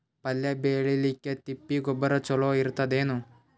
ಪಲ್ಯ ಬೇಳಿಲಿಕ್ಕೆ ತಿಪ್ಪಿ ಗೊಬ್ಬರ ಚಲೋ ಇರತದೇನು?